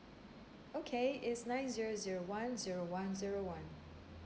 okay it's nine zero zero one zero one zero one